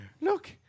Look